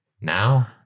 Now